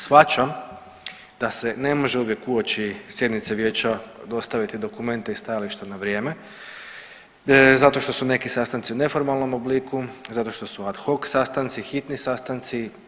Shvaćam da se ne može uvijek uoči sjednice Vijeća dostaviti dokumente i stajališta na vrijeme zato što su neki sastanci u neformalnom obliku, zato što su ad hoc sastanci, hitni sastanci.